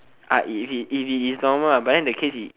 I if he if he is normal lah but then the case he